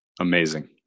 Amazing